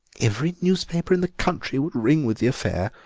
every newspaper in the country would ring with the affair,